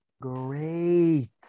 great